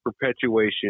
perpetuation